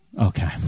Okay